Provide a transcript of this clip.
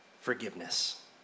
forgiveness